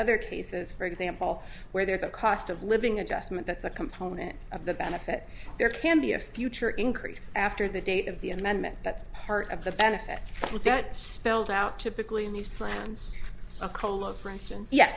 other cases for example where there's a cost of living adjustment that's a component of the benefit there can be a future increase after the date of the amendment that's part of the benefit that spelled out typically in these plans a colo for instance ye